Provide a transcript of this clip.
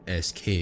SK